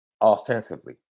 Offensively